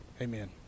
Amen